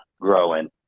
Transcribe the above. growing